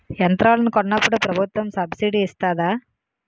యంత్రాలను కొన్నప్పుడు ప్రభుత్వం సబ్ స్సిడీ ఇస్తాధా?